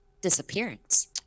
disappearance